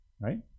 right